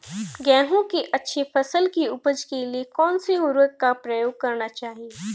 गेहूँ की अच्छी फसल की उपज के लिए कौनसी उर्वरक का प्रयोग करना चाहिए?